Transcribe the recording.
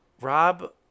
Rob